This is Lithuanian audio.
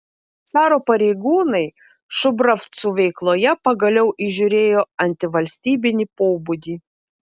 caro pareigūnai šubravcų veikloje pagaliau įžiūrėjo antivalstybinį pobūdį